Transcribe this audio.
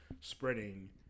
spreading